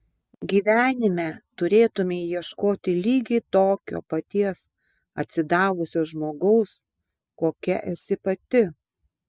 gyvenime turėtumei ieškoti lygiai tokio paties atsidavusio žmogaus kokia esi pati